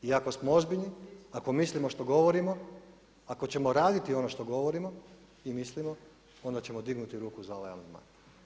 I ako smo ozbiljni, ako mislimo što govorimo, ako ćemo raditi ono što govorimo i mislimo, onda ćemo dignuti ruku za ovaj amandman.